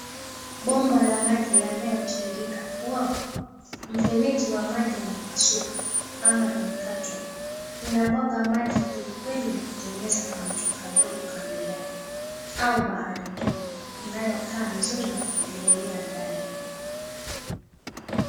Bomba la maji yanayotiririka fwa! Mfereji wa maji yamepasuka ama imekatwa. Inamwaga maji kwelikweli na kutengeneza kamto kadogo kando yake au bahari ndogo, inayokaa nzuri ya kuogelelea ndani.